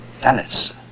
Dallas